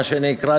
מה שנקרא,